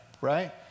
right